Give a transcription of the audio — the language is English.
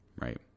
Right